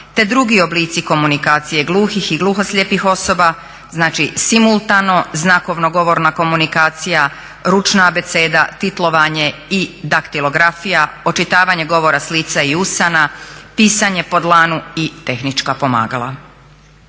te drugi oblici komunikacije gluhih i gluhoslijepih osoba, znači simultano znakovno govorna komunikacija, ručna abeceda, titlovanje i daktilografija, očitovanje govora s lica i usana, pisanje po dlanu i tehnička pomagala.